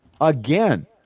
Again